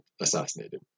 assassinated